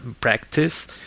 practice